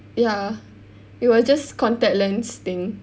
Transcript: ya it was just contact lens thing